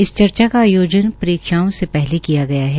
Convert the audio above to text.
इस चर्चा में आयोजन परीक्षाओं से पहले किया गया है